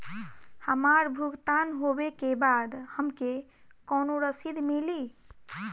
हमार भुगतान होबे के बाद हमके कौनो रसीद मिली?